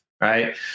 right